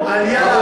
תודה,